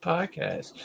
Podcast